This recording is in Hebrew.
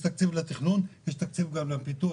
יש תקציב לתכנון ויש תקציב גם לפיתוח.